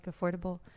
affordable